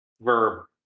Verb